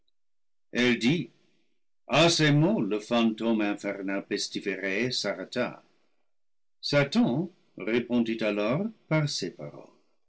elle dit à ces mots le fantôme infernal pestiféré s'arrêta satan répondit alors par ces paroles